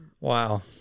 Wow